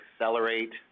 accelerate